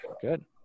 Good